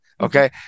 Okay